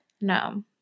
no